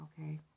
Okay